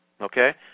okay